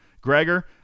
Gregor